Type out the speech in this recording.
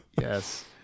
yes